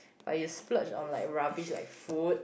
but you splurge on like rubbish like food